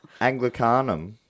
Anglicanum